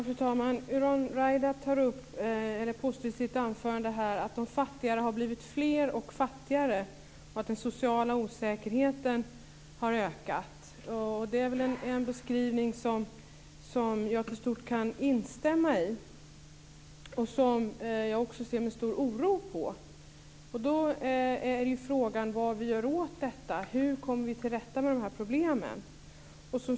Fru talman! Yvonne Ruwaida påstår i sitt anförande att de fattigare har blivit fler och fattigare och att den sociala osäkerheten har ökat. Det är en beskrivning som jag i stort kan instämma i och som jag också ser med stor oro på. Då är frågan vad vi gör åt detta och hur vi kommer till rätta med dessa problem.